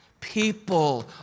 People